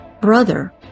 brother